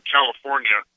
California